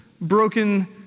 broken